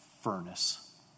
furnace